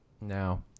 Now